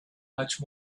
much